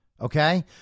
Okay